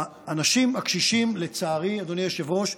האנשים הקשישים, לצערי, אדוני היושב-ראש,